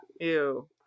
Ew